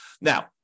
Now